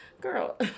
girl